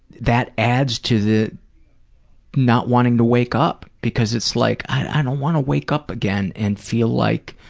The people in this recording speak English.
that adds to the not wanting to wake up because it's like, i don't want to wake up again and feel like